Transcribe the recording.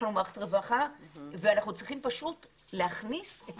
יש לנו מערכת רווחה ואנחנו צריכים פשוט להכניס את